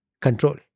control